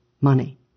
money